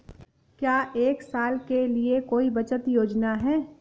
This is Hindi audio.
क्या एक साल के लिए कोई बचत योजना है?